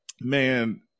man